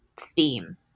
theme